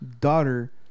daughter